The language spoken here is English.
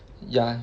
ya